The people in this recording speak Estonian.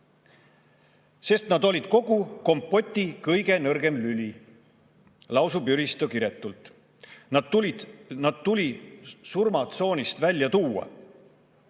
""Sest nad olid kogu kompoti kõige nõrgem lüli," lausub Jüristo kiretult. "Nad tuli surmatsoonist välja